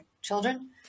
children